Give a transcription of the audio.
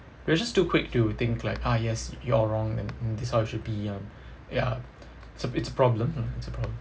we're just too quick to think like ah yes you're wrong and this how it should be um ya so it's a problem mm it's a problem